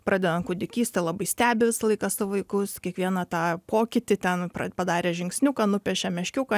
pradedant kūdikyste labai stebi visą laiką savo vaikus kiekvieną tą pokytį ten padarė žingsniuką nupiešė meškiuką